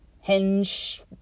Hinge